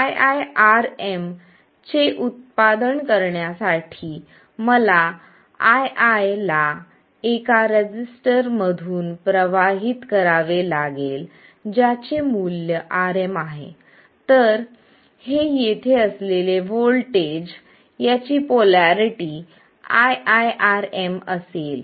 iiRm चे उत्पादन करण्यासाठी मला ii ला एका रेसिस्टर मधून प्रवाहित करावे लागेल ज्याचे मूल्य Rm आहे तर हे येथे असलेले वोल्टेज याची पोलारिटी iiRm असेल